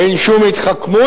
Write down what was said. אין שום התחכמות,